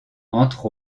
entre